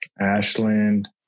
Ashland